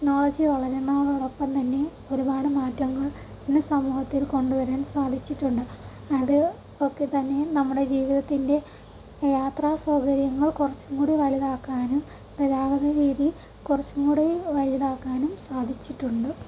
technology വളരുന്നതോടൊപ്പം തന്നെ ഒരുപാട് മാറ്റങ്ങൾ ഇന്ന് സമൂഹത്തിൽ കൊണ്ടുവരാൻ സാധിച്ചിട്ടുണ്ട് അത് ഒക്കെ തന്നെ നമ്മുടെ ജീവിതത്തിൻ്റെ യാത്രാ സൗകര്യങ്ങൾ കുറച്ചും കൂടി വലുതാക്കാനും ആ ഒരു രീതി കുറച്ചും കൂടി വലുതാക്കാനും സാധിച്ചിട്ടുണ്ട്